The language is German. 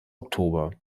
oktober